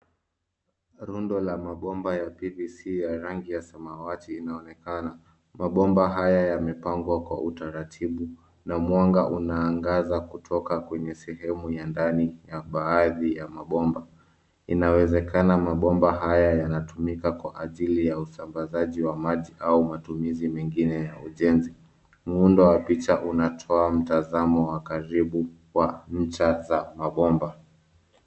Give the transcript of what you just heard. Rundo la mabomba ya PVC ya rangi ya samawati inaonekana. Mabomba haya yamepangwa kwa utaratibu na mwanga unaangaza kutoka kwenye sehemu ya ndani ya baadhi ya mabomba. Inawezekana mabomba haya yanatumika kwa ajili ya usambazaji wa maji au matumizi mengine ya ujenzi. Muundo wa picha unatoa mtazamo wa karibu wa ncha za mabomba.